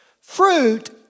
Fruit